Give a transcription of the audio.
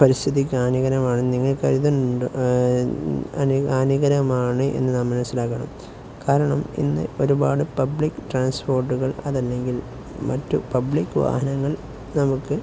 പരിസ്ഥിതിക്കു ഹാനികരമാണ് ഹാനികരമാണ് എന്നു നാം മനസ്സിലാക്കണം കാരണം ഇന്ന് ഒരുപാട് പബ്ലിക് ട്രാൻസ്പോർട്ടുകൾ അതല്ലെങ്കിൽ മറ്റ് പബ്ലിക് വാഹനങ്ങൾ നമുക്ക്